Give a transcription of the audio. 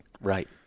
Right